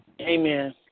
Amen